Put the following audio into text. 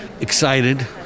excited